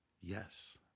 yes